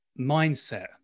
mindset